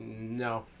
No